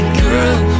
girl